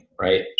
right